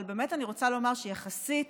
אבל אני רוצה לומר שיחסית